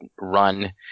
run